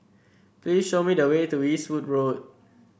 please show me the way to Eastwood Road